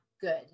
good